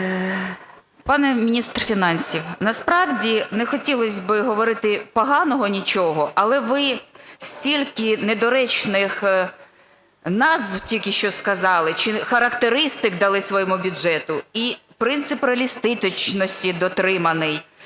Пане міністр фінансів, насправді не хотілось би говорити поганого нічого. Але ви стільки недоречних назв тільки що сказали чи характеристик дали своєму бюджету. І принцип реалістичності дотриманий.